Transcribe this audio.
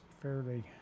fairly